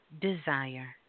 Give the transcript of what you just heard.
desire